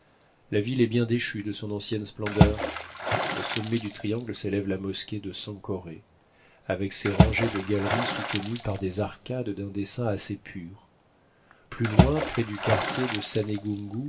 la ville est bien déchue de son ancienne splendeur au sommet du triangle s'élève la mosquée de sankore avec ses rangées de galeries soutenues par des arcades d'un dessin assez pur plus loin près du quartier de